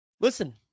listen